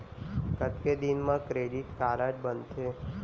कतेक दिन मा क्रेडिट कारड बनते?